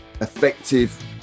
effective